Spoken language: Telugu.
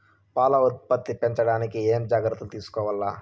పాల ఉత్పత్తి పెంచడానికి ఏమేం జాగ్రత్తలు తీసుకోవల్ల?